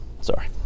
Sorry